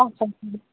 اچھا